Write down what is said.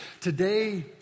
Today